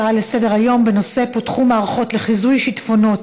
הצעות לסדר-היום בנושא: פותחו מערכות לחיזוי שיטפונות